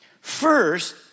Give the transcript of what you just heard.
First